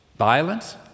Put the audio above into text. Violence